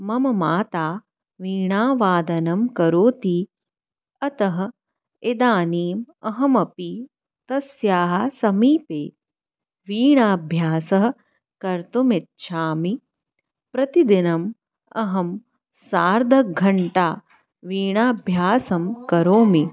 मम माता वीणावादनं करोति अतः इदानीम् अहमपि तस्याः समीपे वीणाभ्यासं कर्तुमिच्छामि प्रतिदिनम् अहं सार्धघण्टा वीणाभ्यासं करोमि